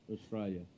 Australia